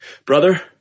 Brother